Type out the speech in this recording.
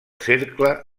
cercle